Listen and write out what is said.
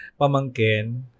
pamangkin